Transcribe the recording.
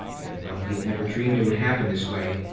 and while he had never dreamed it would happen this way,